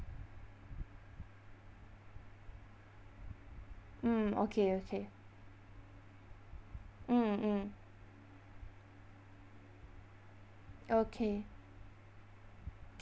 mm okay okay mm mm okay